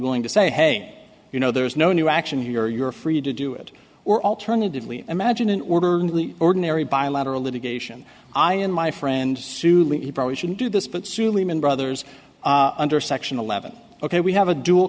willing to say hey you know there's no new action here you're free to do it or alternatively imagine an orderly ordinary bilateral litigation i and my friend sue lea probably shouldn't do this but sue lehman brothers under section eleven ok we have a dual